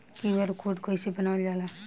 QR code कइसे बनवाल जाला?